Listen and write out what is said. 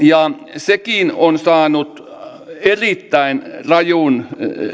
sekin on saanut erittäin rajun